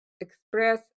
express